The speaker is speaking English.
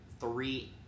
three